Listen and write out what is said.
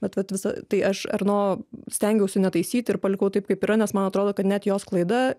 bet vat visa tai aš erno stengiausi netaisyti ir palikau taip kaip yra nes man atrodo kad net jos klaida